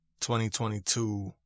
2022